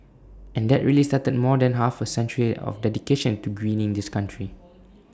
and that really started more than half A century of dedication to greening this country